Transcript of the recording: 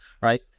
right